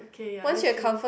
K ya that's true